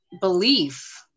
belief